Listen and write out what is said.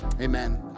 Amen